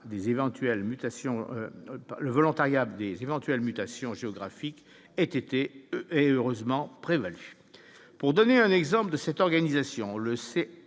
des éventuelles migrations géographiques aient été et heureusement prévalu pour donner un exemple de cette organisation, le C.